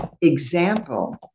example